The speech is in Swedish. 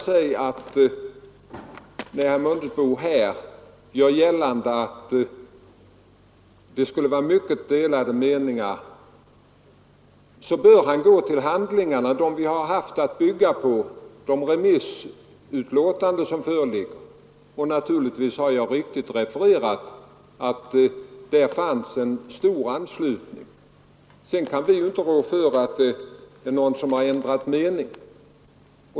Herr Mundebo gör gällande att det skulle råda mycket delade meningar om förslaget. Herr Mundebo borde gå till de handlingar vi haft att bygga på, dvs. de remissutlåtanden som föreligger. Naturligtvis har jag riktigt refererat att det bland dem fanns en stor anslutning till förslaget. Vi kan inte rå för att någon sedan dess kan ha ändrat mening.